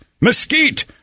mesquite